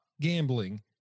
gambling